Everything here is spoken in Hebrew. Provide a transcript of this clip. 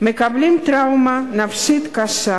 מקבלים טראומה נפשית קשה,